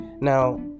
Now